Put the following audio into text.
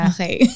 Okay